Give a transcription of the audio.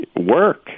work